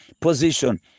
position